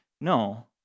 No